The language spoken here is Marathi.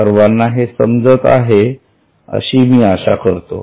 सर्वांना हे समजत आहे अशी मी आशा करतो